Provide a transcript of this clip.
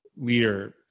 leader